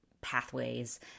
pathways